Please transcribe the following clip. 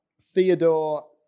Theodore